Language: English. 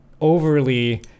overly